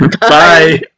bye